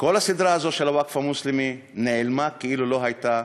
כל הסדרה הזאת על הווקף המוסלמי נעלמה כלא הייתה,